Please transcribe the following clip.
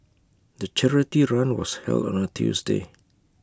the charity run was held on A Tuesday